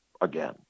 again